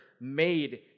made